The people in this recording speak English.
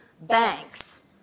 banks